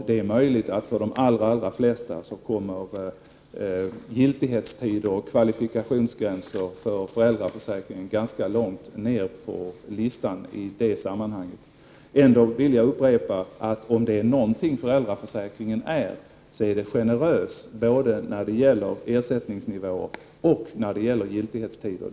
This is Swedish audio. Det är möjligt att för de allra flesta kommer giltighetstid och kvalifikationsgränser för föräldraförsäkringen ganska långt ned på listan i det sammanhanget. Ändå vill jag upprepa att om det är någonting som föräldraförsäkringen är, så är den generös när det gäller både ersättningsnivå och giltighetstider.